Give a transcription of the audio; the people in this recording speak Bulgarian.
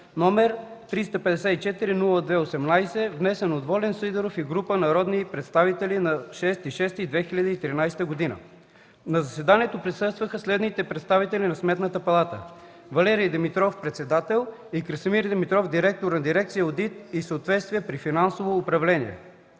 г., № 354-02-18, внесен от Волен Сидеров и група народни представители на 6 юни 2013 г. На заседанието присъстваха следните представители на Сметната палата: Валери Димитров – председател, и Красимир Димитров – директор на дирекция „Одит за съответствието при финансовото управление”.